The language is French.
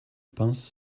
pince